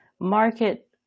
market